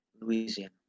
Louisiana